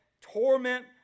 torment